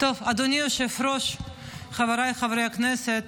אדוני היושב-ראש, חבריי חברי הכנסת,